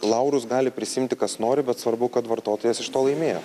laurus gali prisiimti kas nori bet svarbu kad vartotojas iš to laimėjo